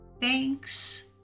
Thanks